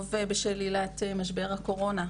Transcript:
הרוב בשל עילת משבר הקורונה.